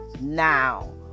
now